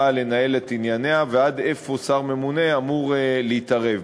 לנהל את ענייניה ועד איפה שר ממונה אמור להתערב.